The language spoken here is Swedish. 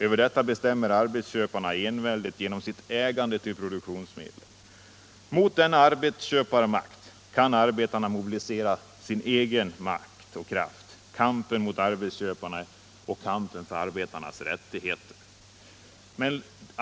Över denna bestämmer arbetsköparna enväldigt genom sitt ägande av produktionsmedlen. Mot denna arbetsköparmakt kan arbetarna mobilisera sin egen kraft — kamp mot arbetsköparna och kamp för arbetarnas rättigheter.